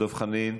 דב חנין,